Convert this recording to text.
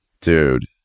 dude